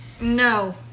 No